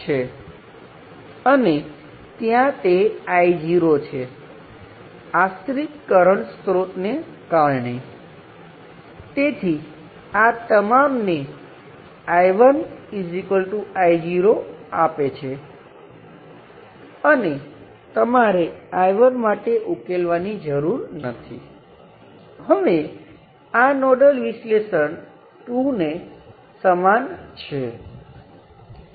તેથી જો તમે તેને તોડશો તો કંઈ થશે નહીં કરંટ હજુ પણ શૂન્ય હશે અને ત્યાં કોઈ ફેરફાર થશે નહીં તેથી ત્યાં અન્ય પરિણામ તરીકે વિચારી શકાય જો તમારી પાસે શૂન્ય કરંટ ધરાવતો વાયર હોય તો તમે સર્કિટમાં વોલ્ટેજ અને કરંટમાં ફેરફાર કર્યા વિના તેને દૂર કરી શકો છો અને કારણ કે જો તમે કિર્ચોફનો કરંટનો નિયમનાં સમીકરણોની કલ્પના કરો તો તે નોડમાં બરાબર સમાન હશે જો તમે આ વાયરને કાપો અથવા કાપો નહીં કારણ કે જો તમારી પાસે આ વાયર હોય તો તેમાંથી કરંટ વહેતો ન હોય